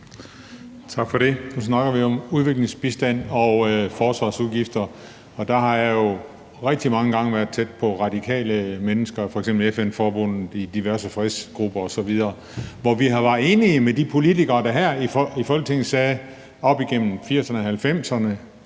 Nu snakker vi om udviklingsbistand og forsvarsudgifter, og der har jeg jo rigtig mange gange været tæt på radikale mennesker, f.eks. i FN-forbundet, i diverse fredsgrupper osv., hvor vi har været enige med de politikere, der op gennem 1980'erne og 1990'erne